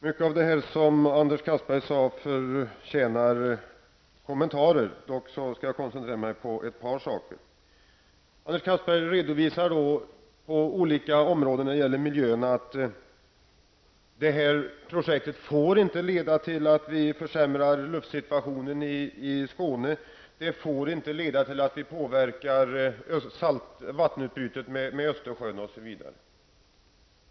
Fru talman! Mycket av det som Anders Casteberger sade förtjänar kommentar. Dock skall jag koncentrera mig på ett par saker. Anders Castberger påpekar olika områden där Öresundsprojektet inte får leda till att luften i Skåne försämras. Det får inte leda till att vi påverkar vattenutbytet med Östersjön osv.